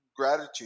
gratitude